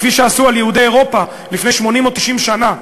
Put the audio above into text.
כפי שעשו ליהודי אירופה לפני 80 או 90 שנה,